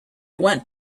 went